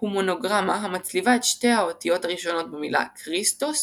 הוא מונוגרמה המצליבה את שתי האותיות הראשונות במילה "כריסטוס",